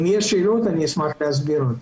אם יש שאלות, אשמח להסביר.